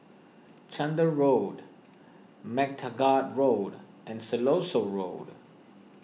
Chander Road MacTaggart Road and Siloso Road